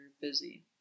busy